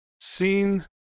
seen